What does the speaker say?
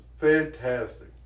fantastic